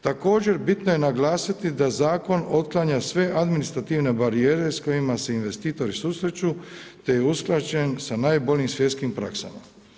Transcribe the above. Također bitno je naglasiti da zakon otklanja sve administrativne barijere sa kojima se investitori susreću, te je usklađen sa najboljim svjetskim praksama.